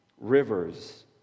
Rivers